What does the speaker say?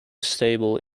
stable